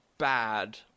bad